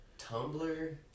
Tumblr